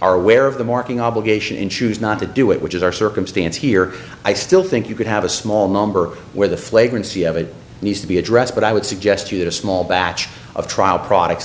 are aware of the marking obligation and choose not to do it which is our circumstance here i still think you could have a small number where the flagrant c of it needs to be addressed but i would suggest you get a small batch of trial products